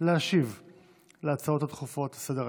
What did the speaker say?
להשיב על ההצעות הדחופות לסדר-היום.